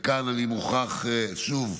וכאן אני מוכרח, שוב,